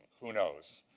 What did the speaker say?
who knows?